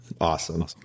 Awesome